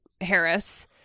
Harris